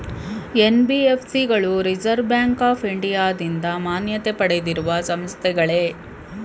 NBFC ಗಳು reserve bank of ಇಂಡಿಯಾದಿಂದ ಮಾನ್ಯತೆ ಪಡೆದಿರುವ ಸಂಸ್ಥೆಗಳೇ?